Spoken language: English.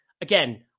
again